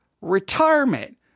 retirement